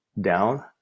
down